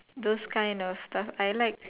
those kind of stuff I like